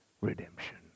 redemption